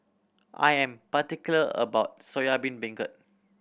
I am particular about soya beancurd